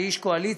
אני איש קואליציה,